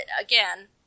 again